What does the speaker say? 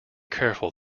careful